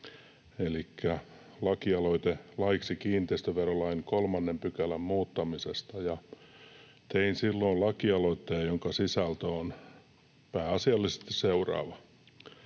elikkä lakialoitteen laiksi kiinteistöverolain 3 §:n muuttamisesta. Tein silloin lakialoitteen, jonka sisältö on pääasiallisesti seuraava: